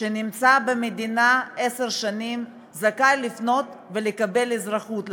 שנמצא במדינה עשר שנים זכאי לפנות ולקבל אזרחות.